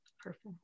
Perfect